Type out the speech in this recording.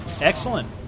Excellent